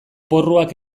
porruak